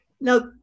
Now